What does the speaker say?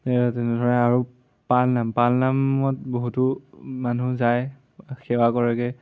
তেনেদৰে আৰু পালনাম পালনামত বহুতো মানুহ যায় সেৱা কৰেগে